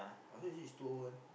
I thought usually is two O one